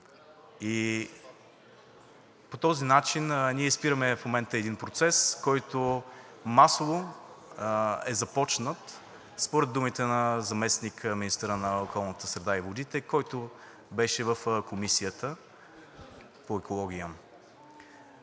По този начин ние спираме в момента един процес, който масово е започнат според думите на заместник-министъра на околната среда и водите, който беше в Комисията по екология.